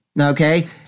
Okay